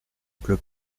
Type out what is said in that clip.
pleut